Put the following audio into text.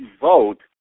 vote